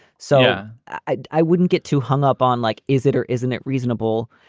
so i wouldn't get too hung up on like is it or isn't it reasonable?